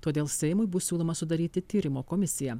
todėl seimui bus siūloma sudaryti tyrimo komisiją